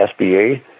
SBA